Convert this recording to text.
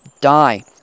die